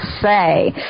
say